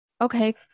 Okay